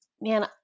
man